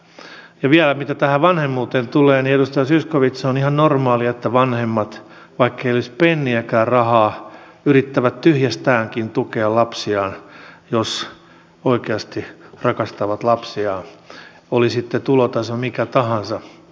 ja vielä mitä vanhemmuuteen tulee edustaja zyskowicz on ihan normaalia että vanhemmat vaikkei olisi penniäkään rahaa yrittävät tyhjästäänkin tukea lapsiaan jos oikeasti rakastavat lapsiaan oli sitten tulotaso mikä tahansa